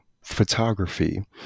photography